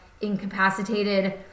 incapacitated